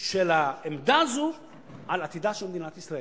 של העמדה הזו על עתידה של מדינת ישראל.